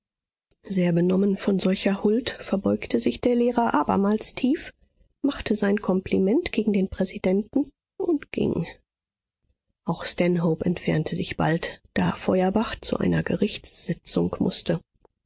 sehr benommen von solcher huld verbeugte sich der lehrer abermals tief machte sein kompliment gegen den präsidenten und ging auch stanhope entfernte sich bald da feuerbach zu einer gerichtssitzung mußte